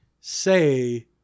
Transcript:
say